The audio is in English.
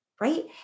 Right